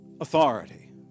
authority